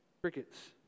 Crickets